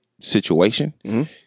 situation